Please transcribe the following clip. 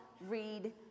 read